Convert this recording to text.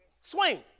Swing